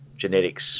genetics